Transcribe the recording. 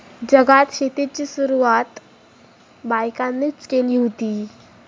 जगात शेतीची सुरवात बायकांनीच केली हुती